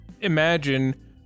imagine